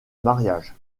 mariages